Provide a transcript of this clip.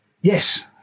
Yes